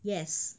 yes